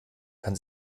kann